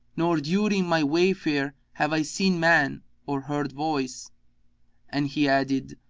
nor during my wayfare have i seen man or heard voice and he added,